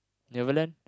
Neverland